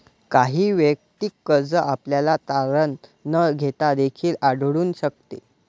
काही वैयक्तिक कर्ज आपल्याला तारण न घेता देखील आढळून शकते